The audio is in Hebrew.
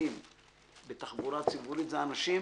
מהנוסעים בתחבורה ציבורית זה אנשים